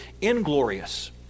inglorious